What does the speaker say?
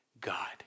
God